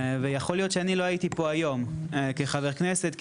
ויכול להיות שאני לא הייתי פה היום כחבר כנסת.